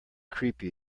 creepy